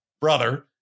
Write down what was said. brother